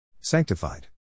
Sanctified